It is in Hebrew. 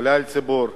כלל הציבור,